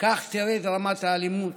כך תרד רמת האלימות,